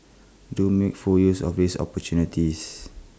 do make full use of these opportunities